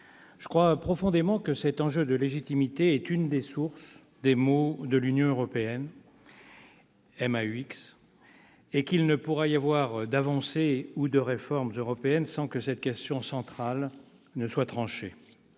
Je crois profondément que cet enjeu de légitimité est l'une des sources des maux de l'Union européenne et qu'il ne pourra y avoir d'avancées ou de réformes européennes sans que cette question centrale soit tranchée.